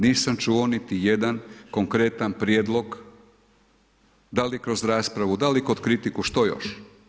Nisam čuo niti jedan konkretan prijedlog, da li kroz raspravu, da li kod kritiku, što još?